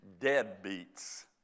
deadbeats